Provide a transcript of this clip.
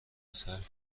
صرف